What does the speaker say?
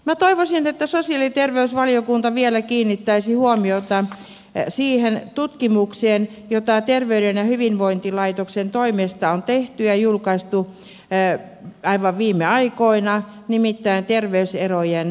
minä toivoisin että sosiaali ja terveysvaliokunta vielä kiinnittäisi huomiota siihen tutkimukseen jota terveyden ja hyvinvoinnin laitoksen toimesta on tehty ja julkaistu aivan viime aikoina nimittäin terveyserojen kasvuun